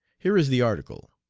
here is the article